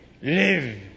live